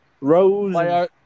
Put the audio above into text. Rose